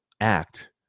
act